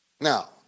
Now